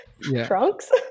Trunks